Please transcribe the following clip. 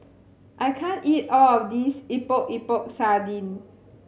I can't eat all of this Epok Epok Sardin